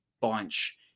bunch